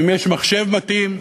ואם יש מחשב מתאים,